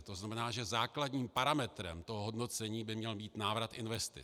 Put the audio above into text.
To znamená, že základním parametrem hodnocení by měl být návrat investic.